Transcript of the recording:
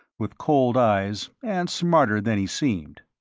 with cold eyes, and smarter than he seemed.